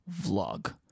vlog